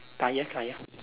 tyre tyre